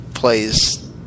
plays